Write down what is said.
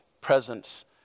presence